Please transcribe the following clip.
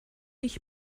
ich